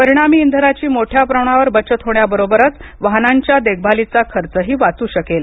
परिणामी इंधनाची मोठ्या प्रमाणावर बचत होण्याबरोबर वाहनांच्या देखभालीचाही खर्च वाचू शकेल